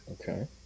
okay